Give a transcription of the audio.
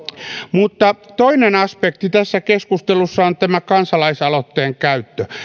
mutta toinen aspekti tässä keskustelussa on tämä kansalaisaloitteen käyttö